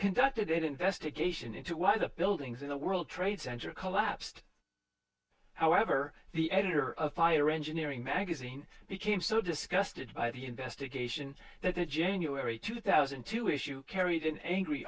conducted an investigation into why the buildings in the world trade center collapsed however the editor of fire engineering magazine became so disgusted by the investigation that the january two thousand and two issue carried an angry